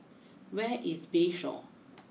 where is Bayshore